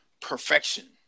perfection